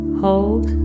hold